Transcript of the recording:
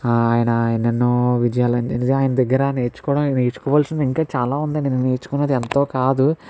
ఆయన ఆయన ఎన్నెన్నో విజయాలు నిజంగా ఆయన దగ్గర నేర్చుకోవడం నేర్చుకోవాల్సింది ఇంకా చాలా ఉందండి నేను నేర్చుకున్నది ఎంతో కాదు